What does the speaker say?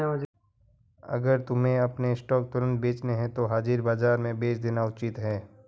अगर तुम्हें अपने स्टॉक्स तुरंत बेचने हैं तो हाजिर बाजार में बेच देना उचित है